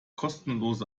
kostenlos